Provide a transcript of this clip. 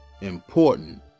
important